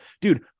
dude